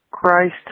Christ